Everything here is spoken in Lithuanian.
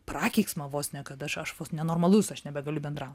prakeiksmą vos ne kad aš aš vos nenormalus aš nebegaliu bendraut